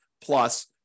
plus